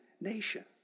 nation